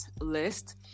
list